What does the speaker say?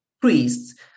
priests